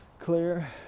clear